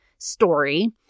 story